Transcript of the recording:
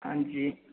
हां जी